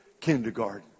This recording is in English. kindergarten